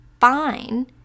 fine